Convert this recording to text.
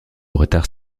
retard